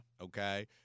Okay